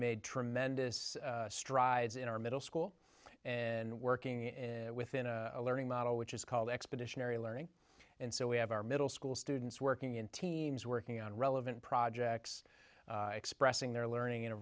made tremendous strides in our middle school and working in within a learning model which is called expeditionary learning and so we have our middle school students working in teams working on relevant projects expressing their learning in a